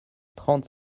trente